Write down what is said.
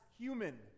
Human